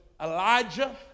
Elijah